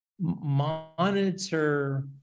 monitor